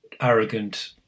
arrogant